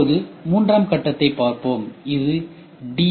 இப்போது மூன்றாம் கட்டத்தைப் பார்ப்போம் இது டி